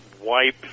Wipe